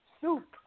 soup